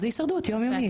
אז זו הישרדות יום יומית.